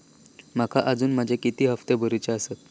माका अजून माझे किती हप्ते भरूचे आसत?